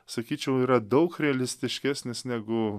sakyčiau yra daug realistiškesnis negu